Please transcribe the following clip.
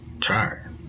tired